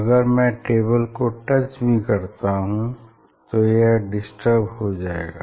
अगर मैं टेबल को टच भी करता हूँ तो यह डिस्टर्ब हो जाएगा